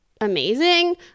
amazing